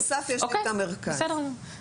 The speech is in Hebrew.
אוקיי, זה בסדר גמור.